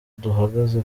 duhagaze